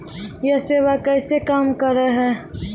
यह सेवा कैसे काम करै है?